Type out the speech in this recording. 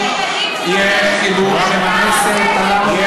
הפקרתם את הילדים שלכם.